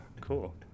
cool